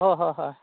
ꯍꯣꯏ ꯍꯣꯏ ꯍꯣꯏ